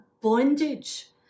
bondage